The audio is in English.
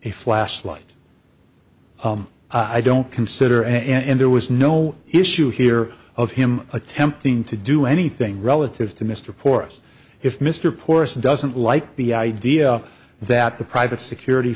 a flashlight i don't consider and there was no issue here of him attempting to do anything relative to mr porous if mr porson doesn't like the idea that the private security